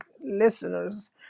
listeners